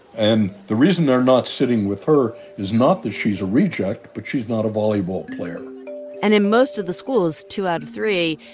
and the reason they're not sitting with her is not that she's a reject but she's not a volleyball player and in most of the schools, two out of three,